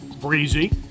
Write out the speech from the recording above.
breezy